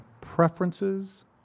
preferences